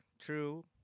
true